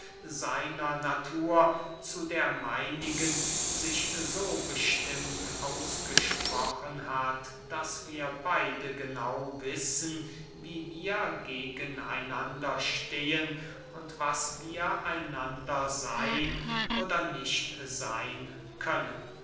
seiner natur zu der meinigen sich so bestimmt ausgesprochen hat daß wir beide genau wissen wie wir gegen einander stehen und was wir einander seyn oder nicht seyn können